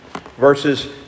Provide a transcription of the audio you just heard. Verses